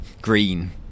green